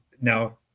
now